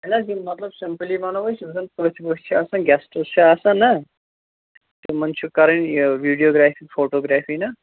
اَہَن حظ یِم مطلب سِمپُلی وَنو أسۍ یِم زَن پٔژھۍ ؤژھۍ چھِ آسان گیسٹٕس چھِ آسان نا تِمَن چھِ کَرٕنۍ یہِ ویٖڈیوگرٛافی فوٹوٗگرٛافی نا